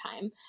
time